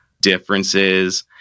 differences